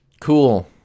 Cool